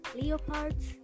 leopards